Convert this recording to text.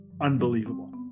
unbelievable